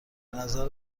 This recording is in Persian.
نظر